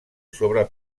sobre